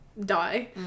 die